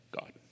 God